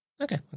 okay